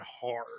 hard